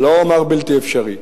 לא אומר בלתי אפשרי,